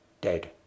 dead